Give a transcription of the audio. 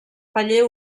paller